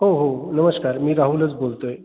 हो हो नमस्कार मी राहुलच बोलतो आहे